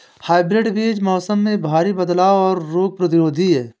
hybrid बीज मौसम में भारी बदलाव और रोग प्रतिरोधी हैं